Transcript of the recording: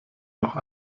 noch